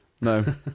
No